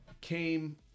came